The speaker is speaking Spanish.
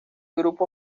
grupo